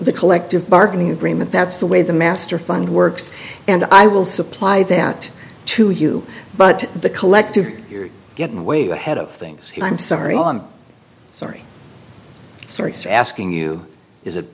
the collective bargaining agreement that's the way the master fund works and i will supply that to you but the collective you're getting way ahead of things i'm sorry i'm sorry sir asking you is